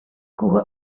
koe